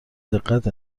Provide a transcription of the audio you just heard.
دقت